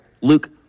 Luke